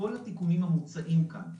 כל התיקונים המוצעים כאן,